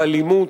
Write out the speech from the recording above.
באלימות,